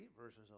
verses